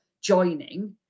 joining